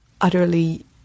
utterly